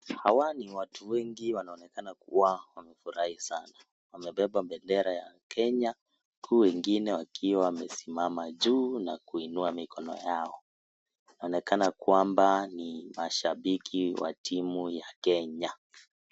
Hawa ni watu wengi wanaonekana kuwa wamefurahi sana wamebeba bendera ya Kenya huku wengine wakiwa wamesimama juu na kuinua mikono yao. Wanaonekana kwamba ni mashabiki wa timu ya Kenya.